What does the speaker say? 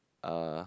uh